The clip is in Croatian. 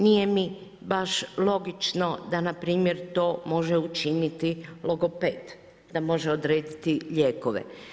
Nije mi baš logično da npr. to može učiniti logoped, da može odrediti lijekove.